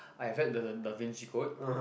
I read the the Da Vinci Code